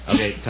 Okay